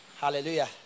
Hallelujah